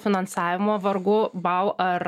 finansavimo vargu bau ar